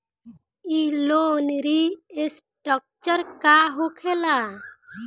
ई loan restructure का होखे ला?